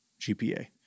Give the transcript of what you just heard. GPA